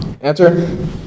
Answer